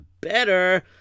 better